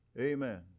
Amen